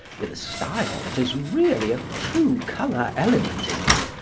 with a style that has really a true colour-element in it,